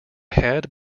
had